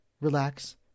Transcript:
relax